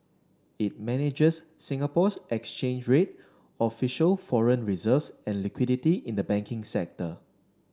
it manages Singapore's exchange rate official foreign reserves and liquidity in the banking sector